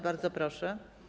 Bardzo proszę.